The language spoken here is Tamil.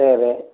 சரி